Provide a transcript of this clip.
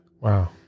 Wow